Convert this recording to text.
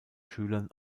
schülern